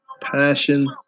passion